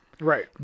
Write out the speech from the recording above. right